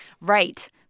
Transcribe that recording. Right